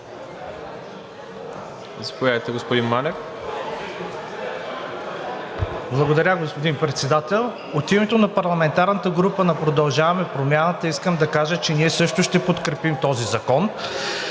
Благодаря, господин Председател. От името на парламентарната група на „Продължаваме Промяната“ искам да кажа, че ние също ще подкрепим този закон,